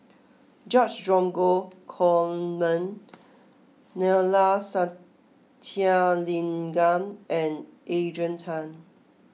George Dromgold Coleman Neila Sathyalingam and Adrian Tan